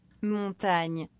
Montagne